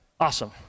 Awesome